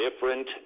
different